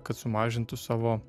kad sumažintų savo